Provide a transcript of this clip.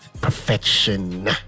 perfection